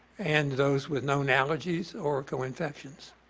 and those with known allergies or co-infections.